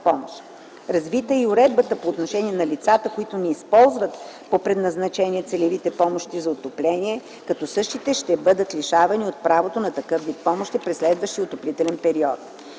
Развита е и уредбата по отношение на лицата, които не използват по предназначение целевите помощи за отопление, като същите ще бъдат лишавани от правото на такъв вид помощ през следващия отоплителен сезон.